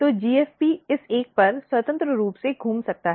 तो GFP इस एक पर स्वतंत्र रूप से घूम सकता है